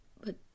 But